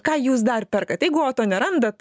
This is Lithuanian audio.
ką jūs dar perkat jeigu oto nerandat